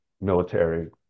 military